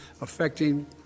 affecting